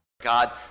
God